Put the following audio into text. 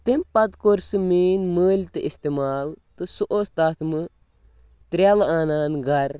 تٔمۍ پَتہٕ کوٚر سُہ میٛٲنۍ مٲلۍ تہِ استعمال تہٕ سُہ اوس تَتھ منٛز ترٛیلہٕ آنان گَرٕ